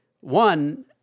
One